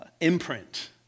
imprint